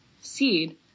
seed